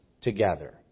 together